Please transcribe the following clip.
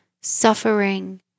suffering